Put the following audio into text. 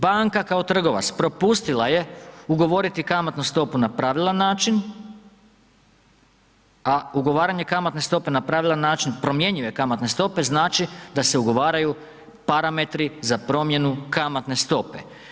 Banka kao trgovac propustila je ugovoriti kamatnu stopu na pravilan način a ugovaranje kamatne stope na pravilan način promjenjive kamatne stope znači da se ugovaraju parametri za promjenu kamatne stope.